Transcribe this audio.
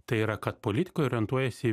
tai yra kad politikoj orientuojiesi